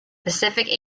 pacific